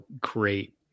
great